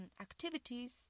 activities